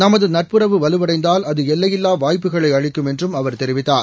நமது நட்புறவு வலுவளடந்தால் அது எல்லையில்லா வாய்ப்புகளை அளிக்கும் என்றும் அவர் தெரிவித்தார்